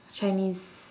chinese